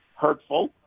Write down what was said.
hurtful